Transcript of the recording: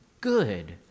good